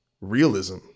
realism